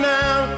now